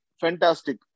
fantastic